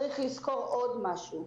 צריך לזכור עוד משהו,